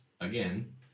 again